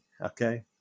okay